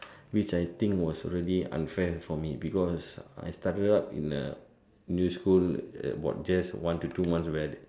which I think was really unfair for me because I started out in a new school at about just one to two months away